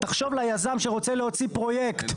תחשבו על יזם שרוצה להוציא פרויקט,